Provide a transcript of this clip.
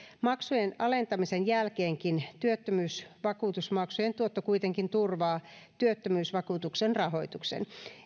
maksujen alentamisen jälkeenkin työttömyysvakuutusmaksujen tuotto kuitenkin turvaa työttömyysvakuutuksen rahoituksen